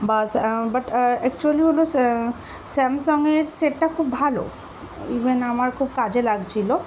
bus but actually হলো স্যামসাংয়ের সেটটা খুব ভালো ইভেন আমার খুব কাজে লাগছিলো